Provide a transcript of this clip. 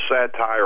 satire